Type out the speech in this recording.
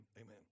Amen